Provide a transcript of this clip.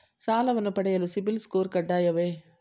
ಸಾಲವನ್ನು ಪಡೆಯಲು CIBIL score ಕಡ್ಡಾಯವೇ?